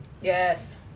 yes